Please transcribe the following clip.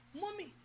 mommy